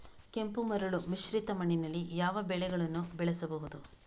ಕೆಂಪು ಮರಳು ಮಿಶ್ರಿತ ಮಣ್ಣಿನಲ್ಲಿ ಯಾವ ಬೆಳೆಗಳನ್ನು ಬೆಳೆಸಬಹುದು?